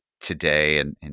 today—and